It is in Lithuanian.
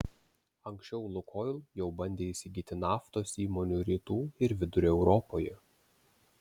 anksčiau lukoil jau bandė įsigyti naftos įmonių rytų ir vidurio europoje